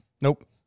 Nope